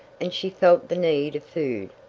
and she felt the need of food.